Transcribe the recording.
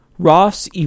Ross